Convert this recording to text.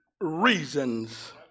reasons